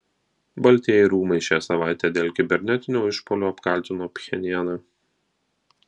baltieji rūmai šią savaitę dėl kibernetinio išpuolio apkaltino pchenjaną